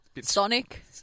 Sonic